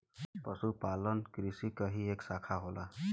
पशुपालन कृषि क ही एक साखा होला